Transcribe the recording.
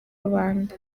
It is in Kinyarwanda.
rubanda